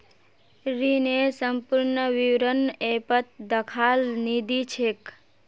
ऋनेर संपूर्ण विवरण ऐपत दखाल नी दी छेक